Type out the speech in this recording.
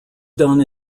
done